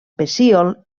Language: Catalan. pecíol